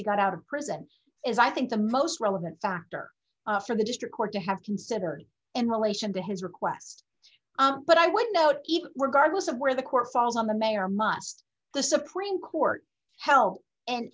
he got out of prison is i think the most relevant factor for the district court to have considered in relation to his request but i went out even regardless of where the court falls on the mayor must the supreme court help and